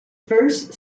first